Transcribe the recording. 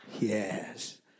yes